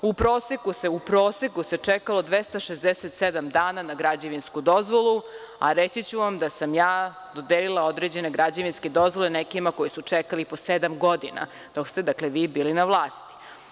U proseku se čekalo 267 dana na građevinsku dozvolu, a reći ću vam da sam ja dodelila određene građevinske dozvole nekima koji su čekali i po sedam godina dok ste vi bili na vlasti.